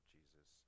Jesus